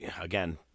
again